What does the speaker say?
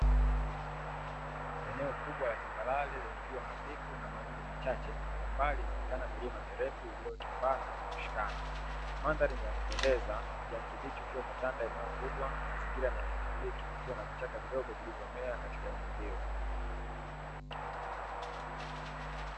Eneo kubwa la tambarare lenye jua hafifu na mawingu machache kwa mbali inaonekana milima mirefu iliyo tambaa na kushikana. Mandhari ni yakupendeza ukijani kibichi ukiwa umetanda eneo kubwa. Mazingira ni ya kitropiki kukiwa na vichaka vidogo vilivyomea katika eneo hilo.